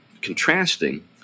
contrasting